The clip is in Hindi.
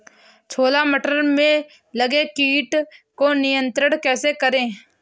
छोला मटर में लगे कीट को नियंत्रण कैसे करें?